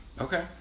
Okay